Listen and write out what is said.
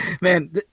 Man